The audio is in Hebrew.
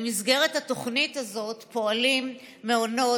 במסגרת התוכנית הזאת פועלים מעונות,